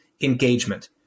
engagement